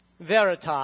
Veritas